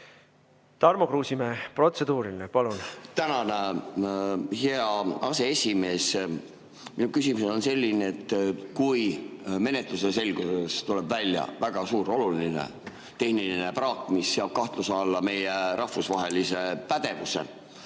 Tarmo Kruusimäe, protseduuriline, palun! Tänan, hea aseesimees! Minu küsimus on selle kohta, kui menetluse käigus tuleb välja väga suur oluline tehniline praak, mis seab kahtluse alla meie rahvusvahelise pädevuse.